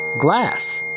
glass